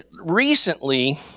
recently